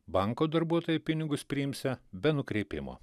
banko darbuotojai pinigus priimsią be nukreipimo